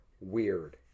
Weird